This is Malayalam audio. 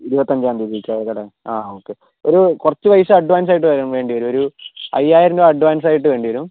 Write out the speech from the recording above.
ഇരുപത്തഞ്ചാം തിയതിക്ക് ആയിക്കോട്ടെ അ ഓക്കെ ഒരു കുറച്ച് പൈസ അഡ്വാൻസായിട്ട് വേണ്ടിവരും ഒരു അയ്യായിരം രൂപ അഡ്വാൻസായിട്ട് വേണ്ടിവരും